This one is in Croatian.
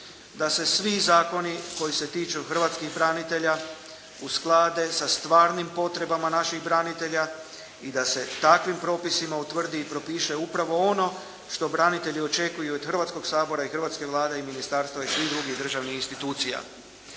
da se svi zakoni koji se tiču hrvatskih branitelja usklade sa stvarnim potrebama naših branitelja i da se takvim propisima utvrdi i propiše upravo ono što branitelji očekuju i od Hrvatskog sabora i hrvatske Vlade i ministarstva i svih drugih državnih institucija.